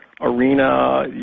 arena